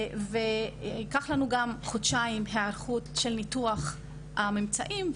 וייקח לנו גם חודשיים היערכות של ניתוח הממצאים.